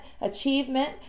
achievement